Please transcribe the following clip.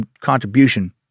contribution